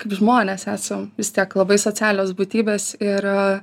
kaip žmonės esam vis tiek labai socialios būtybės ir